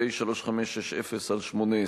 פ/3560/18.